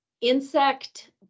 insect